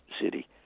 City